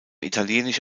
italienisch